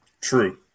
True